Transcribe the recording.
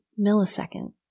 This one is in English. millisecond